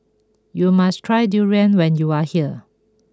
you must try Durian when you are here